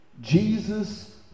Jesus